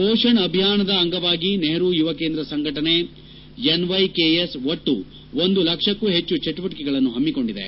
ಪೋಷಣ್ ಅಭಿಯಾನದ ಅಂಗವಾಗಿ ನೆಹರು ಯುವಕೇಂದ್ರ ಸಂಘಟನೆ ಎನ್ವೈಕೆಎಸ್ ಒಟ್ಟು ಒಂದು ಲಕ್ಷಕ್ನೂ ಹೆಚ್ಚು ಚಟುವಟಿಕೆಗಳನ್ನು ಹಮ್ನಿಕೊಂಡಿದೆ